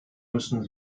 müssen